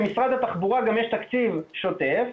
למשרד התחבורה גם יש תקציב שוטף,